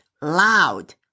loud